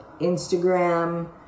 Instagram